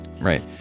right